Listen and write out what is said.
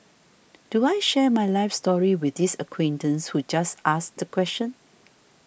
do I share my life story with this acquaintance who just asked the question